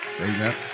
Amen